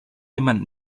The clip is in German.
jemand